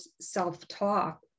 self-talk